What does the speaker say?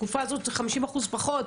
בתקופה הזאת זה 50 אחוזים פחות,